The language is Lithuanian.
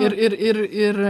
ir ir ir ir